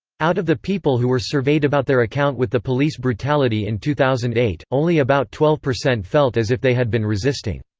out of the people who were surveyed about their account with the police brutality in two thousand and eight, only about twelve percent felt as if they had been resisting.